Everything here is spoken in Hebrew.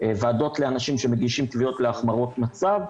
ועדות לאנשים שמגישים תביעות להחמרות מצב.